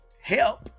help